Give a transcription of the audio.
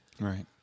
Right